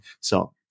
So-